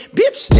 bitch